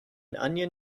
onion